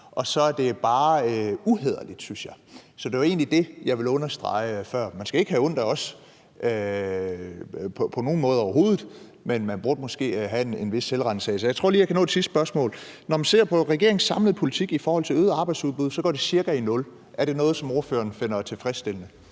og så er det bare uhæderligt, synes jeg. Det var egentlig det, jeg ville understrege før. Man skal ikke have ondt af os på nogen måde, overhovedet, men man burde måske have en hvis selvransagelse. Jeg tror lige, at jeg kan nå et sidste spørgsmål. Når man ser på regeringens samlede politik i forhold til øget arbejdsudbud, går det cirka i nul. Er det noget, som ordføreren finder tilfredsstillende?